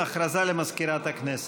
הודעה למזכירת הכנסת.